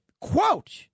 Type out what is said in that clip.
quote